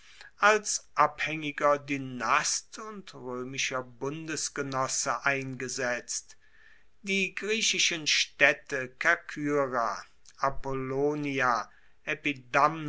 als abhaengiger dynast und roemischer bundesgenosse eingesetzt die griechischen staedte kerkyra apollonia